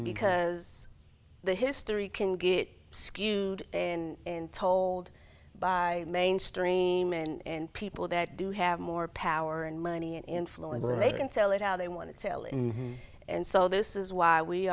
because the history can get skewed and told by mainstream and people that do have more power and money and influence and they can tell it how they want to tell him and so this is why we